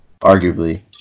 arguably